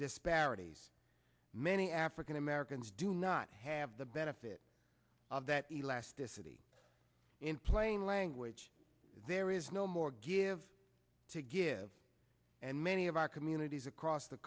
disparities many african americans do not have the benefit of that elasticity in plain language there is no more give to give and many of our communities across the